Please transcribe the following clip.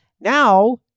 Now